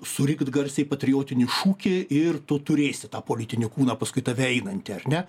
surikt garsiai patriotinį šūkį ir tu turėsi tą politinį kūną paskui tave einantį ar ne